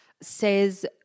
says